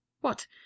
What